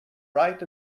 bright